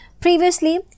Previously